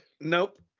Nope